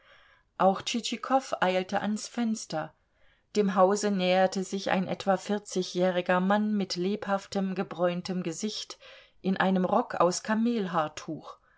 auch tschitschikow eilte ans fenster dem hause näherte sich ein etwa vierzigjähriger mann mit lebhaftem gebräuntem gesicht in einem rock aus kamelhaartuch